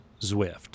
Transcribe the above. Zwift